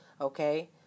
okay